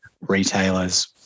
retailer's